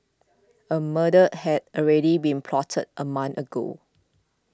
a murder had already been plotted a month ago